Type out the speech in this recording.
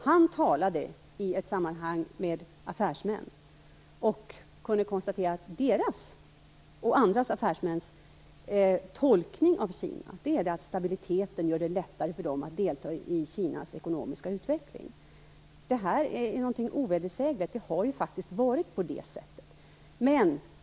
Han talade i ett sammanhang med affärsmän och konstaterade att deras tolkning av Kina är att stabiliteten gör det lättare för dem att delta i Kinas ekonomiska utveckling. Detta är ingenting ovedersägligt, eftersom det faktiskt har varit på det sättet.